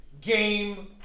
game